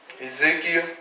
Ezekiel